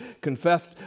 confessed